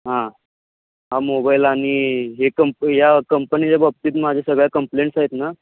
हां हा मोबाईल आणि हे कंप या कंपनीच्या बाबतीत माझ्या सगळ्या कंप्लेंट्स आहेत ना